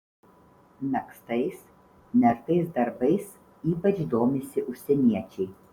megztais nertais darbais ypač domisi užsieniečiai